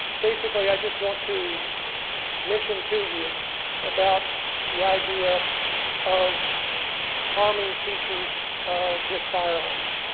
basically, i just want to mention to you about the idea of arming teachers with firearms.